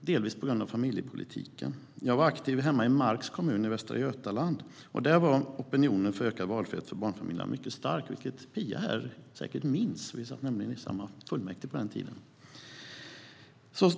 delvis på grund av familjepolitiken. Jag var aktiv hemma i Marks kommun i västra Götaland, och där var opinionen för ökad valfrihet för barnfamiljer mycket stark, vilket Phia här säkert minns. Vi satt nämligen i samma fullmäktige på den tiden.